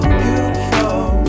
beautiful